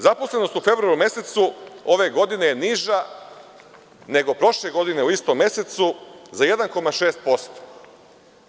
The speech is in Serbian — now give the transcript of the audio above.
Zaposlenost u februaru mesecu ove godine je niža nego prošle godine u istom mesecu za 1,6%